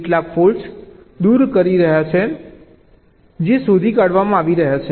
કેટલાક ફોલ્ટ્સ દૂર કરી રહ્યા છીએ જે શોધી કાઢવામાં આવી રહ્યા છે